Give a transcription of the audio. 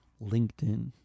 LinkedIn